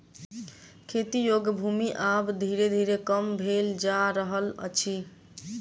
खेती योग्य भूमि आब धीरे धीरे कम भेल जा रहल अछि